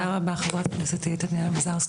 תודה רבה, חברת הכנסת טטיאנה מזרסקי.